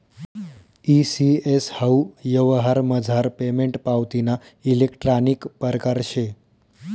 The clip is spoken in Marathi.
ई सी.एस हाऊ यवहारमझार पेमेंट पावतीना इलेक्ट्रानिक परकार शे